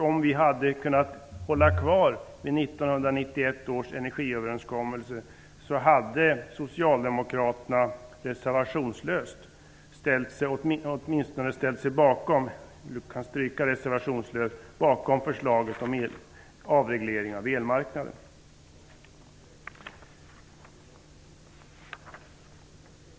Om vi hade kunnat hålla fast vid Socialdemokraterna ha ställt sig bakom förslaget om en avreglering av elmarknaden.